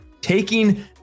taking